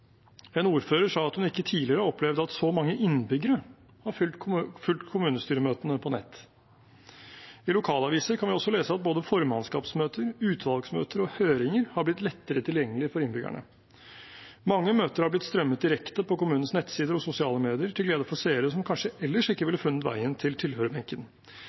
En ordfører sa at hun ikke tidligere har opplevd at så mange innbyggere har fulgt kommunestyremøtene på nett. I lokalaviser kan vi også lese at både formannskapsmøter, utvalgsmøter og høringer har blitt lettere tilgjengelig for innbyggerne. Mange møter har blitt strømmet direkte på kommunenes nettsider og sosiale medier til glede for seere som kanskje ellers ikke ville funnet veien til